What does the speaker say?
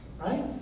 right